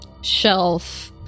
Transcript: shelf